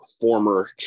former